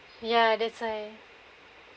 ya that's why